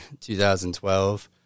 2012